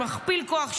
מכפיל כוח,